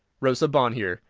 rosa bonheur.